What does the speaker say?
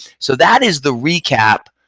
so that is the recap.